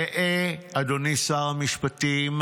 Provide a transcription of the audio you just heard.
ראה, אדוני שר המשפטים,